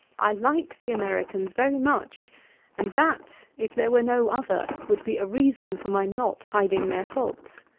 i like the americans very much and that, if there were no other, would be a reason for my not hiding their faults.